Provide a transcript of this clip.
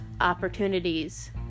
opportunities